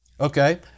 Okay